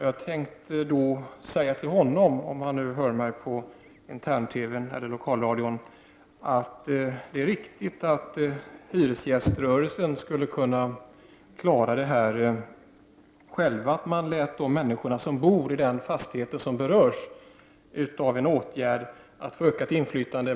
Jag tänkte säga till honom, om han nu hör mig på intern-TV:n eller internradion, att det är riktigt att hyresgäströrelsen skulle kunna klara detta själv genom att låta de människor som bor i den fastighet som berörs av en åtgärd få ökat inflytande.